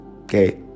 Okay